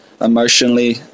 emotionally